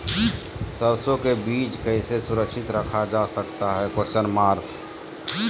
सरसो के बीज कैसे सुरक्षित रखा जा सकता है?